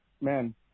man